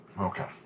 Okay